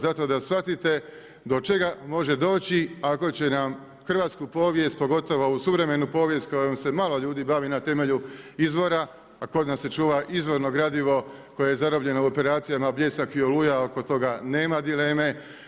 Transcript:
Zato da shvatite do čega može doći ako će nam hrvatsku povijest pogotovo suvremenu povijest kojom se malo ljudi bavi na temelju izvora, a kod nas se čuva izvorno gradivo koje je zarobljeno u operacijama Bljesak i Oluja oko toga nema dileme.